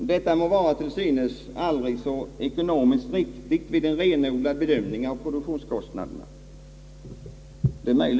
Detta må vara till synes aldrig så ekonomiskt riktigt vid en renodlad bedömning av produktionskostnaderna.